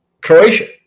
Croatia